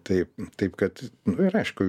taip taip kad nu ir aišku